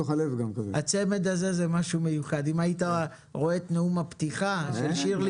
אם היית רואה את נאום הפתיחה של שירלי פינטו.